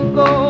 go